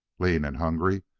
lean and hungry,